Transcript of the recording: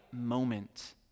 moment